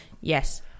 Yes